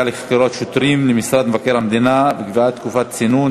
לחקירות שוטרים למשרד מבקר המדינה וקביעת תקופת צינון),